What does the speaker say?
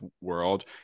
World